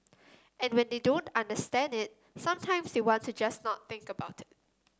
and when they don't understand it sometimes they want to just not think about it